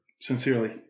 sincerely